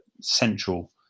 central